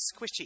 squishy